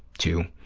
to